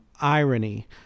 irony